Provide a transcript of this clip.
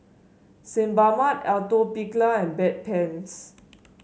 Sebamed Atopiclair and Bedpans